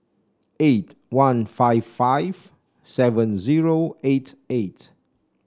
eight one five five seven zero eight eight